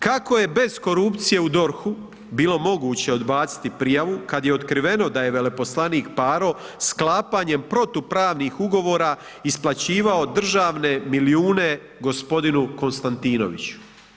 Kako je bez korupcije u DORH-u bilo moguće odbaciti prijavu kada je otkriveno da je veleposlanik Paro sklapanjem protupravnih ugovora isplaćivao državne milijune gospodinu Konstantinoviću?